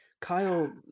Kyle